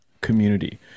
community